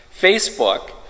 Facebook